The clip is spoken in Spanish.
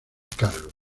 carlos